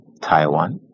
Taiwan